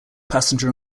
passenger